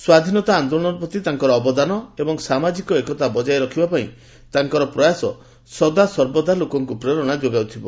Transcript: ସ୍ୱାଧୀନତା ଆନ୍ଦୋଳନ ପ୍ରତି ତାଙ୍କର ଅବଦାନ ଏବଂ ସାମାଜିକ ଏକତା ବଜାୟ ରଖିବାପାଇଁ ତାଙ୍କର ପ୍ରୟାସ ସଦାସର୍ବଦା ଲୋକଙ୍କୁ ପ୍ରେରଣା ଯୋଗାଉଥିବ